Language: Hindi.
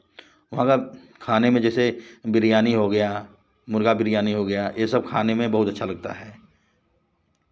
वहाँ का खाने में जैसे बिरयानी हो गया मुर्गा बिरयानी हो गया यह सब खाने में बहुत अच्छा लगता है